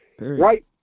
Right